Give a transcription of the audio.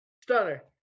Stunner